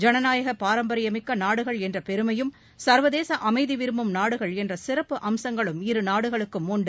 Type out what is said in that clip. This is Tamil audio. ஜனநாயக பாரம்பரியமிக்க நாடுகள் என்ற பெருமையும் சர்வதேச அனமதி விரும்பும் நாடுகள் என்ற சிறப்பு அம்சங்களும் இரு நாடுகளுக்கும் உண்டு